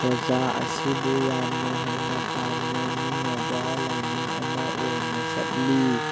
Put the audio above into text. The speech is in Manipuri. ꯔꯣꯖꯥ ꯑꯁꯤꯕꯨ ꯌꯥꯝꯅ ꯍꯦꯟꯅ ꯄꯥꯝꯅ ꯅꯤꯡꯅꯕ ꯂꯥꯏꯅꯤꯡ ꯑꯃ ꯑꯣꯏꯅ ꯆꯠꯂꯤ